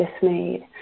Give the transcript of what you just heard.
dismayed